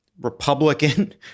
Republican